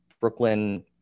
Brooklyn